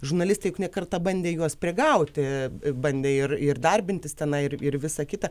žurnalistai juk ne kartą bandė juos prigauti bandė ir ir darbintis tenai ir ir visa kita